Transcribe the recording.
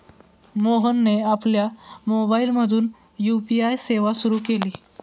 मोहनने आपल्या मोबाइलमधून यू.पी.आय सेवा सुरू केली